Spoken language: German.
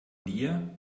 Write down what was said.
dir